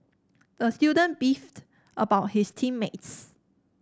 the student beefed about his team mates